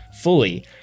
fully